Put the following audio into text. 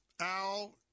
al